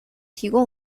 提供